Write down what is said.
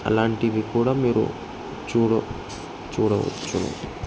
అలాంటివి కూడా మీరు చూడవచ్చును